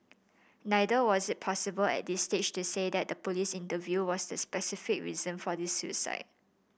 neither was it possible at this stage to say that the police interview was the specific reason for his suicide